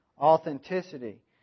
Authenticity